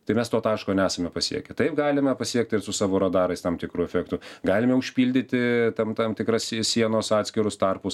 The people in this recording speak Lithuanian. tai mes to taško nesame pasiekę taip galime pasiekti ir su savo radarais tam tikrų efektų galime užpildyti tam tam tikras sienos atskirus tarpus